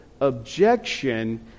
objection